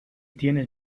tienes